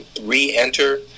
re-enter